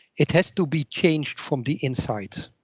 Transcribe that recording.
it has to be changed from the inside,